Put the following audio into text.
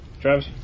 Travis